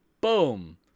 Boom